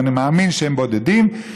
ואני מאמין שהם בודדים,